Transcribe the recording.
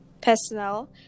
personal